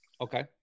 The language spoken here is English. Okay